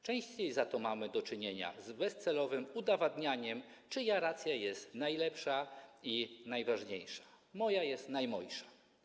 Częściej za to mamy do czynienia z bezcelowym udowadnianiem, czyja racja jest najlepsza i najważniejsza: moja jest najmojsza.